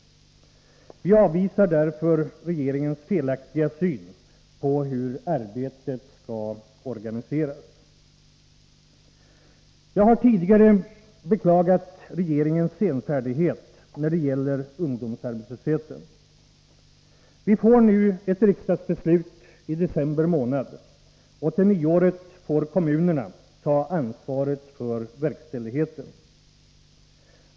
Centerpartiet avvisar därför regeringens felaktiga syn på hur arbetet skall organiseras. Jag har tidigare beklagat regeringens senfärdighet när det gäller åtgärder mot ungdomsarbetslösheten. Vi fattar nu ett riksdagsbeslut i december månad, och till nyåret får kommunerna ta ansvaret för verkställigheten.